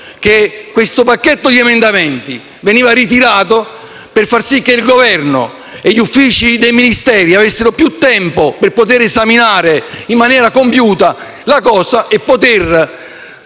questo pacchetto di emendamenti sarebbe stato ritirato per far sì che il Governo e gli uffici dei Ministeri avessero più tempo per poterlo esaminare in maniera compiuta e poter